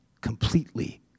completely